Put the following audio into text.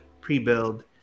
pre-build